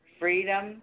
freedom